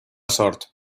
sort